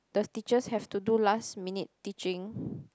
the teachers have to do last minute teaching